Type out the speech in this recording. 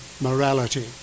morality